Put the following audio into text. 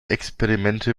experimente